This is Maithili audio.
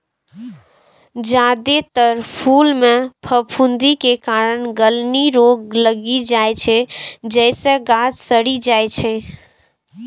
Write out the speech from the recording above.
जादेतर फूल मे फफूंदी के कारण गलनी रोग लागि जाइ छै, जइसे गाछ सड़ि जाइ छै